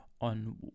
on